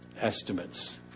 estimates